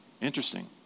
Interesting